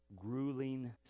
grueling